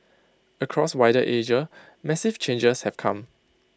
across wider Asia massive changes have come